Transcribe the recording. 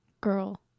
Girl